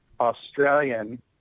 Australian